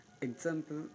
Example